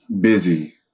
Busy